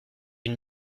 une